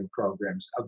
programs